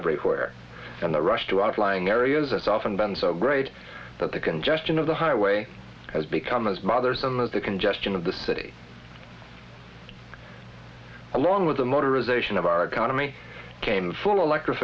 everywhere and the rush to outlying areas it's often been so great that the congestion of the highway has become his mother some of the congestion of the city along with the motor is a sion of our economy came full